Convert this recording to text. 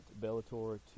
Bellator